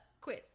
quiz